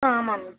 ஆ ஆமாம்ங்க